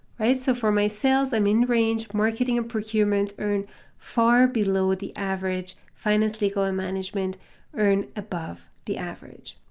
right, so for my sales, i'm in range, marketing and procurement earn far below ah the average, finance, legal, and management earn above the average.